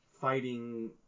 fighting